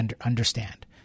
understand